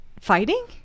fighting